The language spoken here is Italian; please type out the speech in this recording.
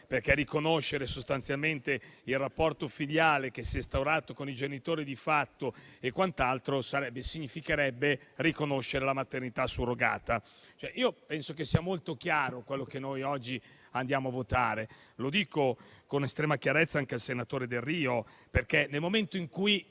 perché riconoscere il rapporto filiale che si è instaurato con i genitori di fatto significherebbe riconoscere la maternità surrogata. Penso che sia molto chiaro quello che noi oggi andiamo a votare. Lo dico con estrema chiarezza anche al senatore Delrio, di cui